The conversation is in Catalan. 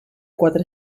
quatre